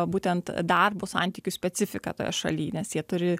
būtent darbo santykių specifiką toje šaly nes jie turi